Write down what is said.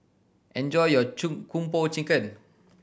enjoy your chun Kung Po Chicken